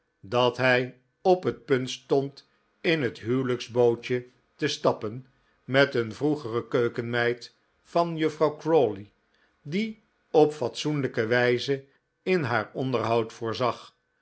dat hij op het punt stond in het huwelijksbootje te stappen met een vroegere keukenmeid van juffrouw crawley die op fatsoenlijke wijze in haar onderhoud voorzag